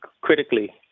critically